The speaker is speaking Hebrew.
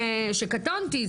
שקטונתי,